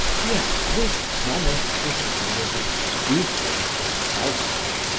yet this domesticity was as stupid, as selfish,